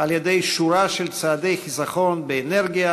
על-ידי שורה של צעדי חיסכון באנרגיה